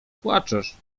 płaczesz